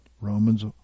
Romans